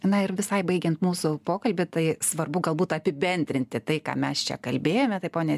na ir visai baigiant mūsų pokalbį tai svarbu galbūt apibendrinti tai ką mes čia kalbėjome tai ponia